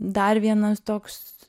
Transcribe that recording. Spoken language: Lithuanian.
dar vienas toks